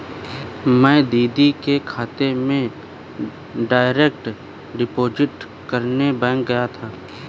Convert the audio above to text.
मैं दीदी के खाते में डायरेक्ट डिपॉजिट करने बैंक गया था